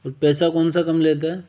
और पैसा कौन सा कम लेता है